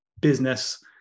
business